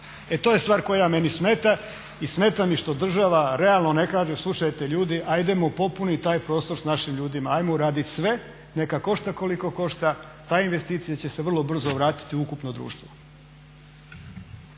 E to je stvar koja meni smeta. I smeta mi što država realno ne kaže slušajte ljudi, hajdemo popunit prostor sa našim ljudima, hajmo uradit sve. Neka košta koliko košta, ta investicija će se vrlo brzo vratiti u ukupno društvo.